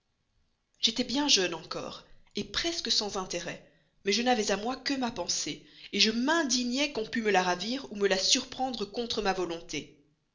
j'étais bien jeune encore presque sans intérêt mais je n'avais à moi que ma pensée je m'indignais qu'on pût me la ravir ou me la surprendre contre ma volonté